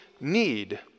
need